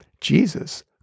Jesus